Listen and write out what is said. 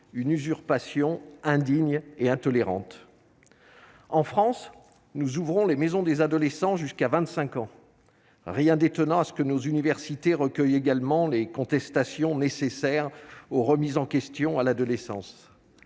une usurpation indigne et intolérante en France, nous ouvrons les maisons des adolescents jusqu'à 25 ans, rien d'étonnant à ce que nos universités recueille également les contestations nécessaires aux remises en question à l'adolescence,